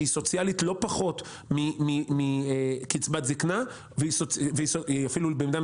שהיא סוציאלית לא פחות מקצבת זקנה או ביטוח אבטלה,